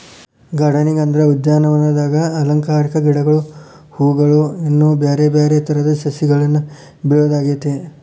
gardening ಅಂದ್ರ ಉದ್ಯಾನವನದಾಗ ಅಲಂಕಾರಿಕ ಗಿಡಗಳು, ಹೂವುಗಳು, ಇನ್ನು ಬ್ಯಾರ್ಬ್ಯಾರೇ ತರದ ಸಸಿಗಳನ್ನ ಬೆಳಿಯೋದಾಗೇತಿ